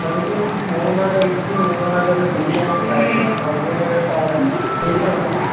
നമ്മുക്ക് ഈ മൂന്നാറ് ഇടുക്കി മൂന്നാറൊക്കെ ഒരു ട്രിപ്പ് പോകാൻ പ്ലാൻ ഉണ്ട് അപ്പോൾ എങ്ങനെയാണ് ഇപ്പോൾ അവിടെ സീസൺ ആണോ